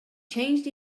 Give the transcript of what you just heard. changed